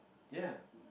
ya